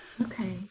okay